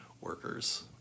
workers